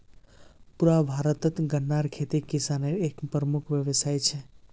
पुरा भारतत गन्नार खेती किसानेर एक प्रमुख व्यवसाय छे